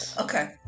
Okay